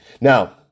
Now